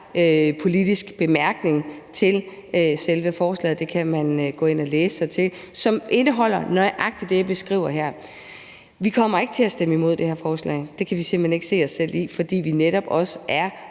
politisk bemærkning til selve forslaget – det kan man gå ind at læse sig til – som indeholder nøjagtig det, vi skriver her. Vi kommer ikke til at stemme imod det her forslag. Det kan vi simpelt hen ikke se os selv i, fordi vi netop også er